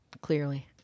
Clearly